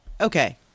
Okay